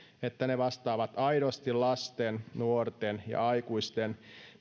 että ne vastaavat aidosti lasten nuorten ja aikuisten